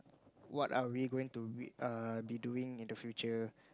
what are we going to be err be doing in the future